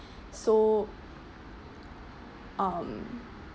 so um